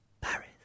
Paris